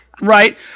Right